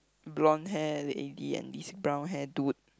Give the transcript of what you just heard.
blonde hair lady and this brown hair dude